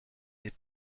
les